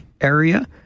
area